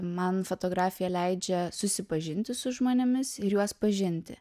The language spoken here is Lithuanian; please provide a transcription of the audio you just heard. man fotografija leidžia susipažinti su žmonėmis ir juos pažinti